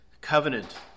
covenant